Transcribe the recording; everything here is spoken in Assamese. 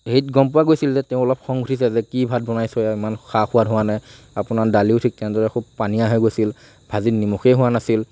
হেৰিত গম পোৱা গৈছিল যে তেওঁৰ অলপ খং উঠিছে যে কি ভাত বনাইছ এইয়া ইমান সা সোৱাদ হোৱা নাই আপোনাৰ দালিও ঠিক তেনেদৰে খুব পনীয়া হৈ গৈছিল ভাজিত নিমখেই হোৱা নাছিল